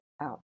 out